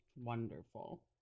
wonderful